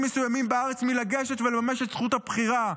מסוימים בארץ מלגשת ולממש את זכות הבחירה,